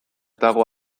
dago